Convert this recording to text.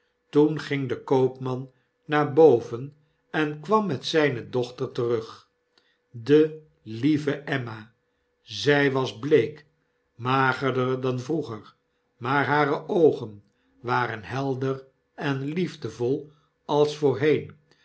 toen ging de koopman naar boven en kwam met zijne dochter terug de iieve emmal zy was bleek magerder dan vroeger maar hare oogen waren helder en liefdevol als voorheen